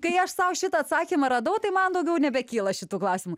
kai aš sau šitą atsakymą radau tai man daugiau nebekyla šitų klausimų